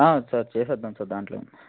sir చేసేద్దాము sir దాంట్లో ఏమి ఉంది